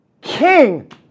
King